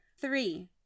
three